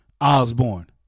Osborne